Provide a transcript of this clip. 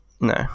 no